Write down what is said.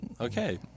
Okay